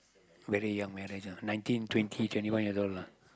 very young marriage nineteen twenty twenty one years old lah